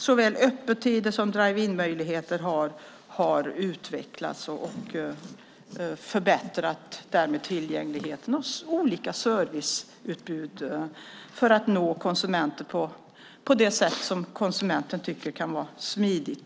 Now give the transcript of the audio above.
Såväl öppettider som drive-in-möjligheter har utvecklats, och man har därmed förbättrat tillgängligheten och serviceutbudet för att nå konsumenter på det sätt som konsumenten tycker kan vara smidigt.